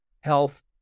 health